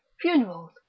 funerals